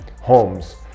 homes